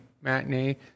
matinee